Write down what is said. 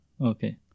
Okay